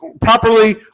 properly